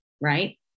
right